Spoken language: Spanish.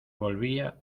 volvía